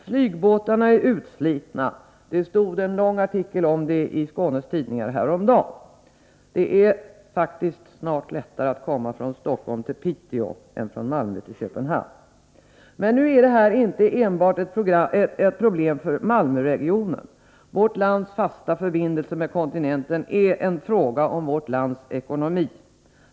Flygbåtarna är utslitna; det stod en lång artikel om det i Skånes tidningar häromdagen. Det är faktiskt snart lättare att komma från Stockholm till Piteå än från Malmö till Köpenhamn. Men detta är inte enbart ett problem för Malmöregionen. Vårt lands fasta förbindelser med kontinenten är en fråga om vårt lands ekonomi.